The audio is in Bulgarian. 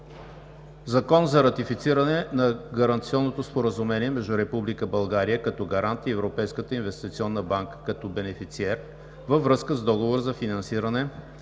ЗАКОН за ратифициране на Гаранционното споразумение между Република България, като Гарант, и Европейската инвестиционна банка, като Бенефициер, във връзка с Договор за финансиране